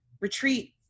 retreat